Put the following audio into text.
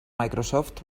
microsoft